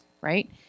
right